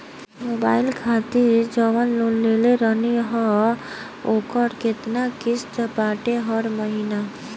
Mobile खातिर जाऊन loan लेले रहनी ह ओकर केतना किश्त बाटे हर महिना?